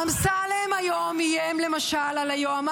אמסלם היום איים על היועמ"שית,